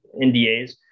NDAs